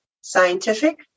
scientific